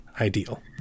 ideal